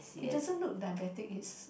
he doesn't look diabetic is